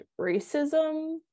racism